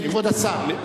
כבוד השר.